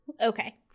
Okay